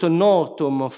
notum